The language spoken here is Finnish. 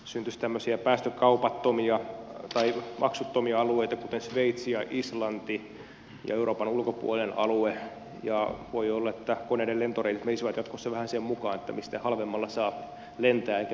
syntyisi tämmöisiä päästökaupattomia tai maksuttomia alueita kuten sveitsi ja islanti ja euroopan ulkopuolinen alue ja voi olla että koneiden lentoreitit menisivät jatkossa vähän sen mukaan mistä halvemmalla saa lentää eikä välttämättä suorinta reittiä